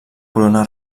corona